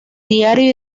diario